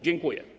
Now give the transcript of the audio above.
Dziękuję.